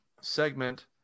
segment